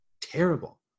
terrible